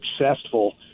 successful